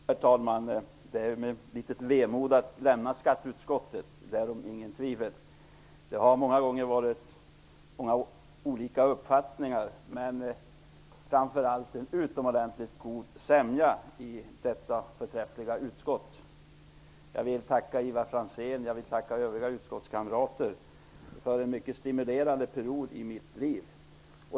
Herr talman! Det är litet vemodigt att lämna skatteutskottet, därom råder inga tvivel. Det har många gånger varit olika uppfattningar, men det har alltid rått en utomordentligt god sämja i detta förträffliga utskott. Jag vill tacka Ivar Franzén och övriga utskottskamrater för en mycket stimulerande period i mitt liv.